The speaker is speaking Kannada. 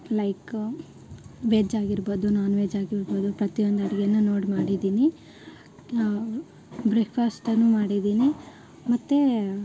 ಲೈಕ್ ವೆಜ್ ಆಗಿರ್ಬೋದು ನಾನ್ ವೆಜ್ ಆಗಿರ್ಬೋದು ಪ್ರತಿ ಒಂದು ಅಡ್ಗೆನೂ ನೋಡಿ ಮಾಡಿದ್ದೀನಿ ಬ್ರೇಕ್ಫಾಸ್ಟನ್ನು ಮಾಡಿದೀನಿ ಮತ್ತು